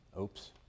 Oops